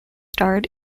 starred